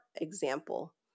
example